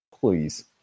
Please